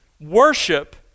Worship